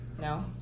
No